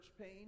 pain